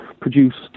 produced